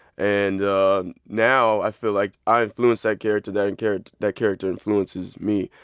and now, i feel like i influence that character, that and character that character influences me.